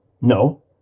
No